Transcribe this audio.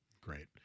great